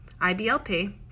IBLP